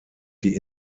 die